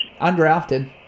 Undrafted